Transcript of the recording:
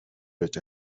байж